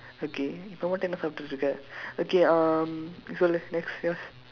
okay ரொம்ப:rompa tender சாப்பிட்டுடிருக்கே:saappitdudirukkee okay um சொல்லு:sollu next yours